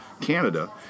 Canada